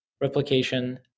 replication